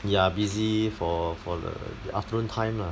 ya busy for for the the afternoon time lah